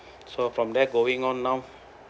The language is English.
so from there going on now